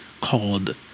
called